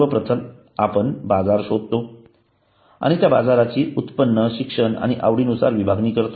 सर्वप्रथम आपण बाजार शोधतो आणि त्या बाजाराची उत्पन्न शिक्षण आणि आवडीनुसार विभागणी करतो